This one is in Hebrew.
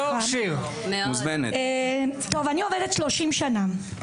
אני עובדת 30 שנה.